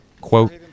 quote